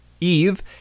Eve